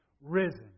risen